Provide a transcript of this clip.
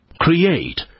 Create